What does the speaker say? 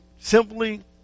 Simply